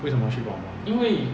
为什么 shift power point